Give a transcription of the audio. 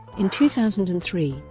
in two thousand and three,